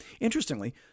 interestingly